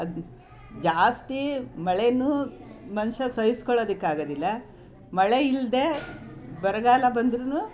ಅದು ಜಾಸ್ತೀ ಮಳೆನೂ ಮನುಷ್ಯಾ ಸಹಿಸ್ಕೊಳ್ಳೊದಕ್ಕಾಗೊದಿಲ್ಲ ಮಳೆ ಇಲ್ಲದೇ ಬರಗಾಲ ಬಂದ್ರೂ